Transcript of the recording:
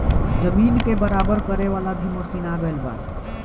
जमीन के बराबर करे वाला भी मशीन आ गएल बा